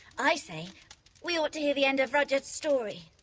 i say we ought to hear the end of rudyard's story.